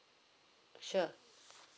sure